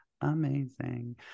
amazing